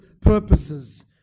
purposes